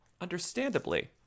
Understandably